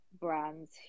brands